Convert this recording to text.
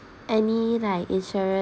any like insurance